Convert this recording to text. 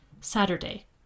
Saturday